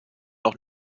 noch